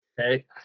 Okay